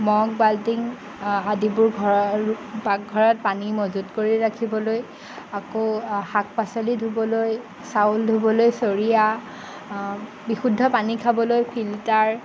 mug বাল্টিং আদিবোৰ ঘৰৰ পাকঘৰত পানী মজুত কৰি ৰাখিবলৈ আকৌ শাক পাচলি ধুবলৈ চাউল ধুবলৈ চৰিয়া বিশুদ্ধ পানী খাবলৈ ফিল্টাৰ